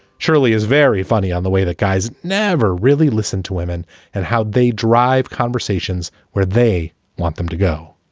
shirley is very funny on the way. that guy's never really listened to women and how they drive conversations where they want them to go